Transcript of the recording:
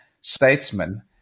statesman